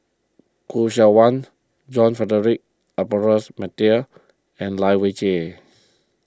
Khoo Seok Wan John Frederick Adolphus McNair and Lai Weijie